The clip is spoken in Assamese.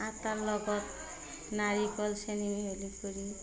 আটাৰ লগত নাৰিকল চেনি মিহলি কৰি